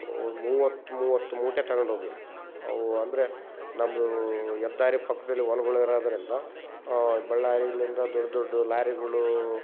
ಒ ಮೂವತ್ತು ಮೂವತ್ತು ಮೂಟೆ ತಗೊಂಡೋಗಿನಿ ಅವು ಅಂದರೆ ನಮ್ದು ಹೆದ್ದಾರಿ ಪಕ್ಕದಲ್ಲಿ ಹೊಲ್ಗಳು ಇರೋದರಿಂದ ಬಳ್ಳಾರಿಲಿಂದ ದೊಡ್ಡ ದೊಡ್ಡ ಲಾರಿಗಳೂ